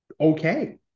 okay